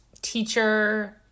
teacher